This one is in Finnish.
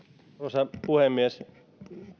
arvoisa puhemies